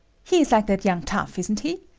he is like that young tough, isn't he?